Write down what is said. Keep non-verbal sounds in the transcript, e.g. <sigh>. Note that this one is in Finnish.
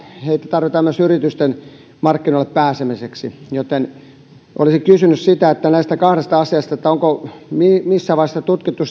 heitä tarvitaan myös yritysten markkinoille pääsemiseksi olisin kysynyt näistä kahdesta asiasta onko missään vaiheessa tutkittu <unintelligible>